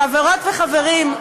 חברות וחברים,